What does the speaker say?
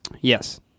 Yes